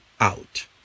out